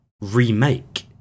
remake